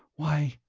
why,